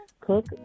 cook